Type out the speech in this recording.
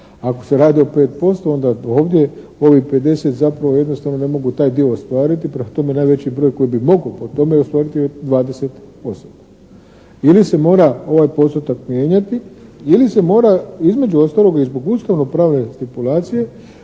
Ako se radi o 5% onda to ovdje ovih 50 zapravo jednostavno ne mogu taj dio ostvariti. Prema tome, najveći broj koji bi po tome mogao ostvariti je 20 osoba. Ili se mora ovaj postotak mijenjati ili se mora između ostaloga i zbog ustavno pravne stipulacije